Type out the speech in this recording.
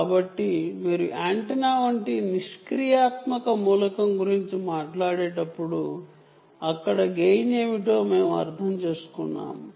కాబట్టి మీరు యాంటెన్నా వంటి పాసివ్ మూలకం గురించి మాట్లాడేటప్పుడు అక్కడ గెయిన్ ఏమిటో మేము అర్థం చేసుకోవాలి